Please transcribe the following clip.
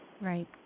Right